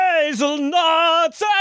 Hazelnuts